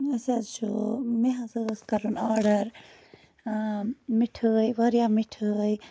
اَسہِ حظ چھُ مےٚ ہَسا ٲس کَرُن آرڈر مِٹھٲے واریاہ مِٹھٲے